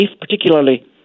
particularly